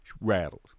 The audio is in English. rattled